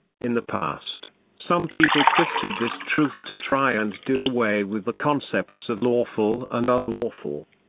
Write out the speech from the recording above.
in the past, some people twisted this truth to try and do away with the concepts of lawful and unlawful.